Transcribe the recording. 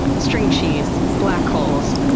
string cheese, black holes,